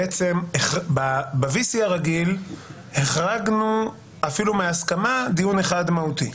בעצם ב-V.C הרגיל החרגנו אפילו מההסכמה דיון אחד מהותי.